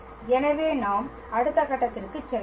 எனவே நாம் அடுத்த கட்டத்திற்கு செல்லலாம்